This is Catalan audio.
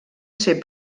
ser